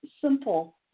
simple